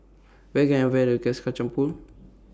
Where Can I Find Best Pool